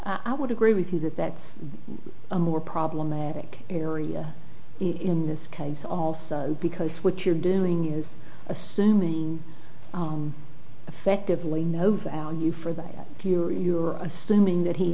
and i would agree with you that that's a more problematic area in this case also because what you're doing is assuming they actively no value for that here you are assuming that he